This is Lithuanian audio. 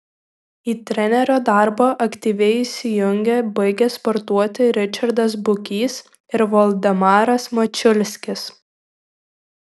į trenerio darbą aktyviai įsijungė baigę sportuoti ričardas bukys ir voldemaras mačiulskis